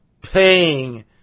Paying